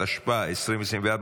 התשפ"ה 2024,